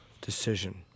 decision